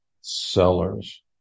sellers